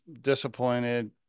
disappointed